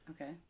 Okay